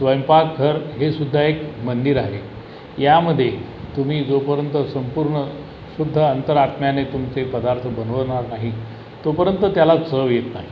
स्वयंपाक घर हे सुद्धा एक मंदिर आहे यामधे तुम्ही जोपर्यंत संपूर्न शुद्ध अंतरात्म्याने तुमचे पदार्थ बनवनार नाही तोपर्यंत त्याला चव येत नाही